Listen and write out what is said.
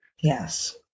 Yes